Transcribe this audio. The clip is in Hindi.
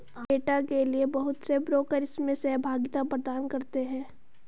डेटा के लिये बहुत से ब्रोकर इसमें सहभागिता प्रदान करते हैं